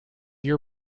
year